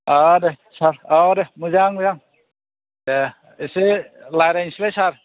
औ दे सार औ दे मोजां मोजां दे एसे रालायसैलाय सार